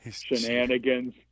shenanigans